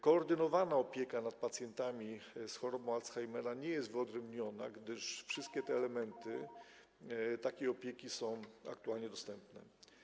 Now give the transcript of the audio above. Koordynowana opieka nad pacjentami z chorobą Alzheimera nie jest wyodrębniona, gdyż wszystkie elementy takiej opieki są aktualnie dostępne.